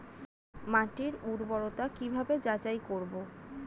মাটির উর্বরতা কি ভাবে যাচাই করব?